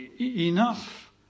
enough